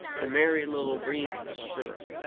the merry little breeze was sure.